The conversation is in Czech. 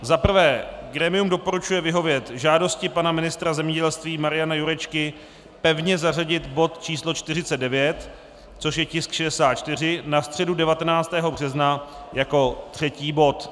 Za prvé grémium doporučuje vyhovět žádosti pana ministra zemědělství Mariana Jurečky pevně zařadit bod číslo 49, což je tisk 64, na středu 19. března jako třetí bod.